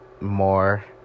more